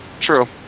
true